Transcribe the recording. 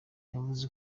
yavuze